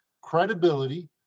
credibility